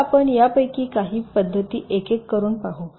मग आपण यापैकी काही पद्धती एक एक करून पाहू